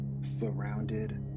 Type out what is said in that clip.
surrounded